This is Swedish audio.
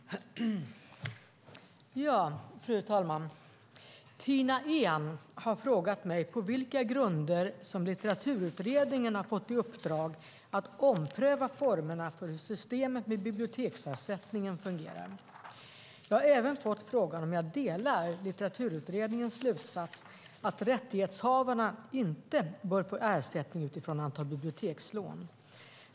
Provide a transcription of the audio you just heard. Fru talman! Tina Ehn har frågat mig på vilka grunder Litteraturutredningen har fått i uppdrag att ompröva formerna för hur systemet med biblioteksersättningen fungerar. Jag har även fått frågan om jag delar Litteraturutredningens slutsats att rättighetshavarna inte bör få ersättning utifrån antal bibliotekslån.